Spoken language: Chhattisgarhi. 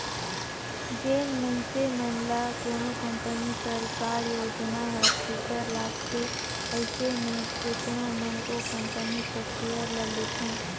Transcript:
जेन मइनसे मन ल कोनो कंपनी कर कारयोजना हर सुग्घर लागथे अइसे में केतनो मन ओ कंपनी कर सेयर ल लेथे